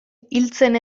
hiltzen